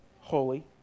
holy